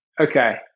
Okay